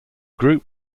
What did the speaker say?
group